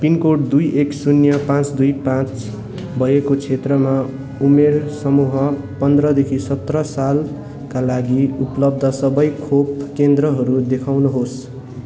pin code दुई एक शून्य पाँच दुई पाँच भएको क्षेत्रमा उमेर समूह पन्ध्रदेखि सत्र सालका लागि उपलब्ध सबै खोप केन्द्रहरू देखाउनुहोस्